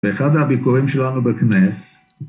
ואחד הביקורים שלנו בכנס